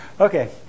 Okay